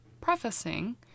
prefacing